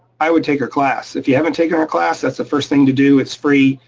i would take a class. if you haven't taken a class, that's the first thing to do. it's free.